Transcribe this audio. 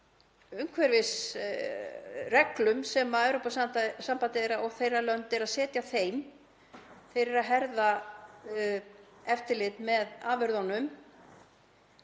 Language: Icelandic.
umhverfisreglum sem Evrópusambandið og þeirra lönd eru að setja þeim. Þeir eru að herða eftirlit með afurðunum.